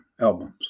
albums